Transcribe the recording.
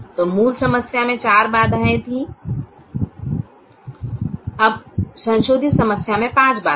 तो मूल समस्या में चार बाधाएँ थीं अब संशोधित समस्या में पाँच बाधाएँ हैं